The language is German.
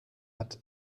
hat